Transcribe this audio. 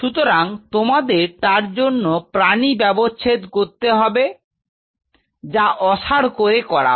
সুতরাং তোমাদের তার জন্য প্রাণী ব্যবচ্ছেদ করতে হবে যা অসাড় করে করা হয়